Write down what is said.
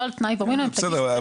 על תנאי ואומרים להם תגישו --- בסדר,